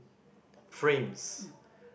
frames